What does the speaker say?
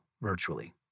virtually